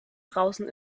draußen